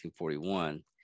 1941